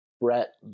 Brett